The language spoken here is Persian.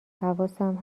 حواسم